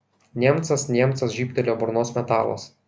niemcas niemcas žybtelėjo burnos metalas